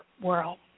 world